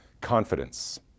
confidence